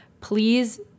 please